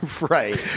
Right